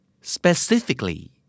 specifically